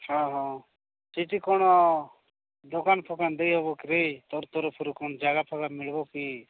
ହଁ ହଁ ସେଠି କ'ଣ ଦୋକାନ ଫୋକାନ ଦେଇହବ କିରେ ତୋର ତରଫରୁ କ'ଣ ଜାଗାଫାଗା ମିଳିବ କିି